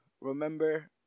Remember